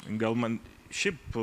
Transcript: gal man šiaip